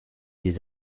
des